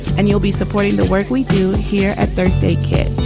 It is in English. and you'll be supporting the work we do here at thursday, kit.